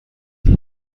ساعت